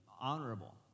honorable